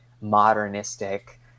modernistic